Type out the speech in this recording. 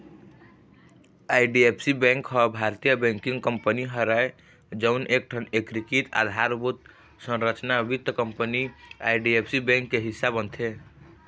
IDFC bank ह भारतीय banking company हरय जउन एकठन एकीकृत अधारभूत संरचना वित्त कंपनी आई.डी.एफ.सी बेंक के हिस्सा बनथे